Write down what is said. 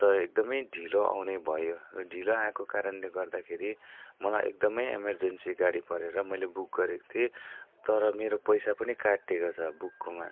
त एकदमै ढिलो आउने भयो र ढिलो आएको कारणले गर्दाखेरि मलाई एकदम इमर्जेन्सी गाडी पर्यो र मैले बुक गरेको थिएँ तर मेरो पैसा पनि काटेको छ बुककोमा